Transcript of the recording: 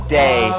day